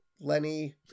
Lenny